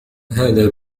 هذا